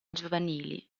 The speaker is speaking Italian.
giovanili